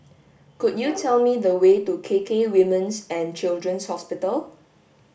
could you tell me the way to K K Women's and Children's Hospital